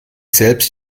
selbst